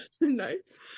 nice